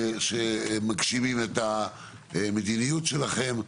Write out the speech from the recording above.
שמגשימים את המדיניות שלכם.